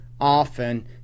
often